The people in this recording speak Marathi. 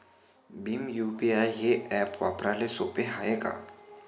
भीम यू.पी.आय हे ॲप वापराले सोपे हाय का?